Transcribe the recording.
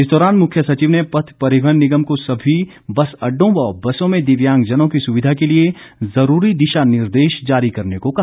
इस दौरान मुख्य सचिव ने पथ परिवहन निगम को सभी बस अड्डों व बसों में दिव्यांगजनों की सुविधा के लिए जरूरी दिशा निर्देश जारी करने को कहा